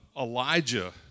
Elijah